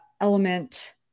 element